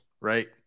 right